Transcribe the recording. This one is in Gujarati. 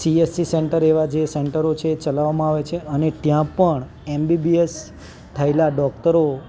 સીએસસી સેન્ટર એવા જે સેન્ટરો છે ચલાવવામાં આવે છે અને ત્યાં પણ એમબીબીએસ થયેલાં ડૉકટરો